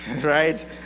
Right